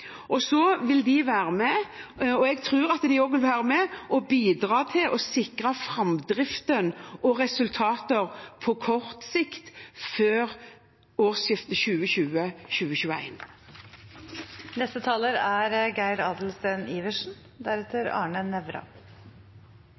Jeg tror at dette vil være med og bidra til å sikre framdriften og resultater på kort sikt før årsskiftet 2020/2021. Mattilsynet har vært og er